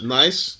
nice